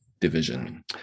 division